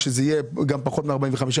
שזה יהיה גם פחות מ-45 ימים,